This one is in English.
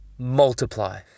multiply